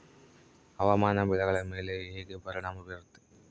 ಹವಾಮಾನ ಬೆಳೆಗಳ ಮೇಲೆ ಹೇಗೆ ಪರಿಣಾಮ ಬೇರುತ್ತೆ?